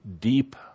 deep